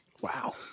Wow